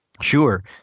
Sure